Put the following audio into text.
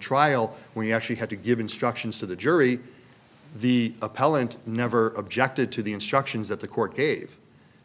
trial we actually had to give instructions to the jury the appellant never objected to the instructions that the court gave